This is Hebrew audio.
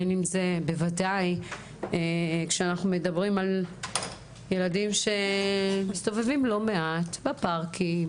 בוודאי כשאנחנו מדברים על ילדים שמסתובבים לא מעט בפארקים,